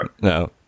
no